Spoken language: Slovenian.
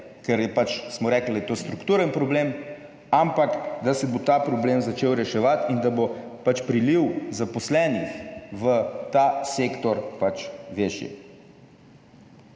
ker je smo rekli, da je to strukturen problem, ampak da se bo ta problem začel reševati in da bo pač priliv zaposlenih v ta sektor večji.